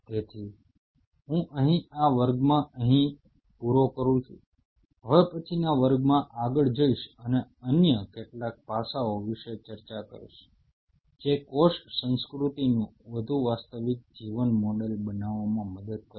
તેથી હું અહીં આ વર્ગ અહીં પૂરો કરું છું હવે પછીના વર્ગમાં આગળ જઈશ અને અન્ય કેટલાક પાસાઓ વિશે ચર્ચા કરીશ જે કોષ સંસ્કૃતિનું વધુ વાસ્તવિક જીવન મોડેલ બનાવવામાં મદદ કરશે